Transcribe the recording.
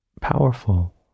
powerful